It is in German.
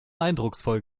eindrucksvoll